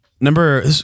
number